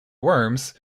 worms